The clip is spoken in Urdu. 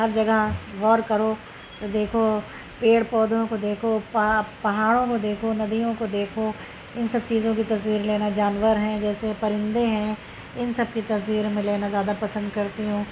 ہر جگہ غور کرو تو دیکھو پیڑ پودوں کو دیکھو پہاڑ پہاڑوں میں دیکھو ندیوں کو دیکھو ان سب چیزوں کی تصویر لینا جانور ہیں جیسے پرندیں ہیں ان سب کی تصویریں میں لینا زیادہ پسند کرتی ہوں